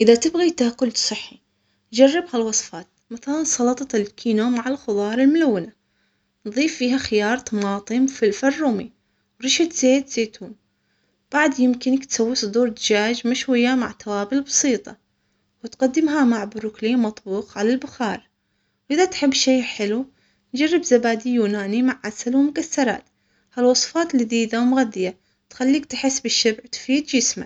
اذا تبغي تاكل صحي جرب هالوصفات مكان سلطة الكينو مع الخظار الملونة نظيف فيها خيار طماطم فلفل رومي ورشة زيت زيتون بعد يمكنك تسوي صدور دجاج مشوية مع توابل بسيطة وتقدمها مع بروكلي مطبوخ على البخار أذا تحب شي حلو جرب زبادي يوناني مع عسل ومكسرات هالوصفات لذيذة ومغذية تخليك تحس بالشبع وتفيد جسمك.